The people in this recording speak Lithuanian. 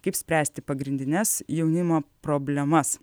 kaip spręsti pagrindines jaunimo problemas